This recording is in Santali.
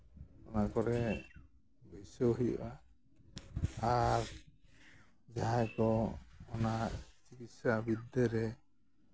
ᱚᱱᱟ ᱠᱚᱨᱮᱜ ᱵᱟᱹᱭᱥᱟᱹᱣ ᱦᱩᱭᱩᱜᱼᱟ ᱟᱨ ᱡᱟᱦᱟᱸᱭ ᱠᱚ ᱪᱤᱠᱤᱛᱥᱟ ᱵᱤᱫᱽᱫᱟᱹ ᱨᱮ